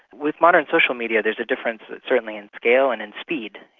with modern social media there's a difference certainly in scale and in speed.